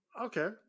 Okay